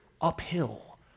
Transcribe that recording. uphill